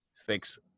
fix